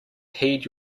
heed